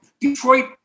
Detroit